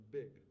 big